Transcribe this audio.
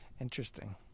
Interesting